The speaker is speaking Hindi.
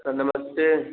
सर नमस्ते